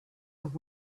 have